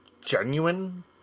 genuine